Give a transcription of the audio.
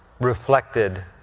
reflected